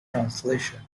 translation